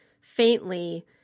faintly